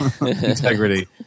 integrity